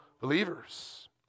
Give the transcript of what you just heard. believers